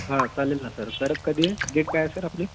हां चालेल ना सर सर कधी आहे डेट काय आहे सर आपली